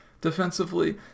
defensively